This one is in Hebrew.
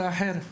את האחר?